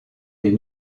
des